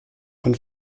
von